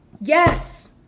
yes